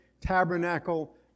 tabernacle